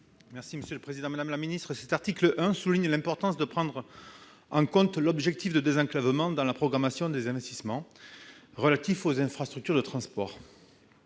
François Bonhomme, sur l'article. L'article 1 souligne l'importance de prendre en compte l'objectif de désenclavement dans la programmation des investissements relatifs aux infrastructures de transport,